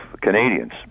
Canadians